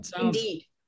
indeed